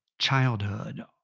childhood